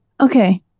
Okay